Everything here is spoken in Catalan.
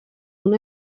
una